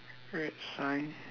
red sign